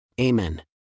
Amen